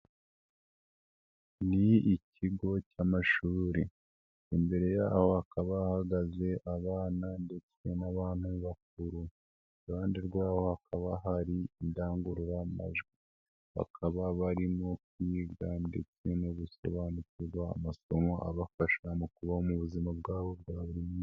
Ni ikigo cy'amashuri, imbere yabo hakaba hahagaze abana ndetse n'abantu bakuru, iruhande rwaho hakaba hari indangururamajwi, bakaba barimo kwiga ndetse no gusobanukirwa amasomo abafasha mu kubaho mu buzima bwabo bwa buri munsi.